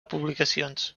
publicacions